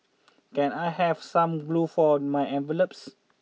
can I have some glue for my envelopes